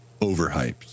overhyped